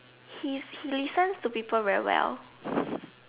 he's he listens to people very well